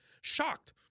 Shocked